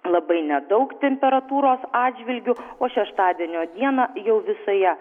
labai nedaug temperatūros atžvilgiu o šeštadienio dieną jau visoje